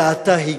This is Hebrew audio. זה עתה,